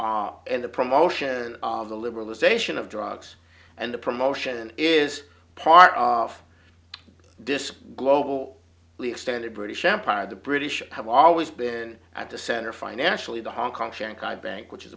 in the promotion of the liberalization of drugs and the promotion is part of this global standard british empire the british have always been at the center financially the hong kong shanghai bank which is